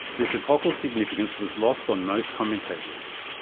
this epochal significance was lost on most commentators.